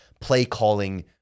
play-calling